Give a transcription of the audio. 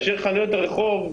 רק אני צריך להיות הוגן,